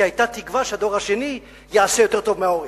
כי היתה תקווה שהדור השני יעשה יותר טוב מההורים.